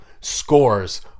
scores